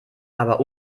aber